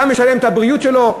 אתה משלם את הבריאות שלו?